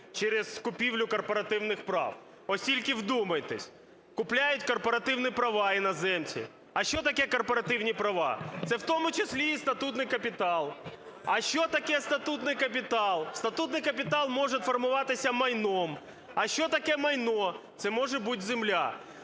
через купівлю корпоративних прав. Ось тільки вдумайтесь, купляють корпоративні права іноземці, а що таке корпоративні права? Це в тому числі і статутний капітал. А що таке статутний капітал? Статутний капітал може формуватися майном. А що таке майно? Це може бути земля.